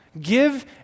Give